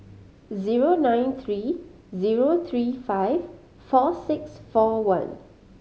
zero nine three zero three five four six four one